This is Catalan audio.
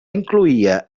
incloïa